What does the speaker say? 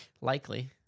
Likely